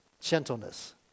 gentleness